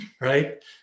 right